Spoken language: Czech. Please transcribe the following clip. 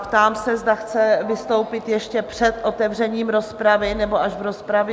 Ptám se, zda chce vystoupit ještě před otevřením rozpravy, nebo až v rozpravě?